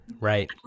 right